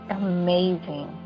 amazing